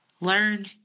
learn